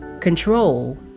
control